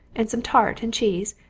and some tart and cheese,